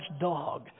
dog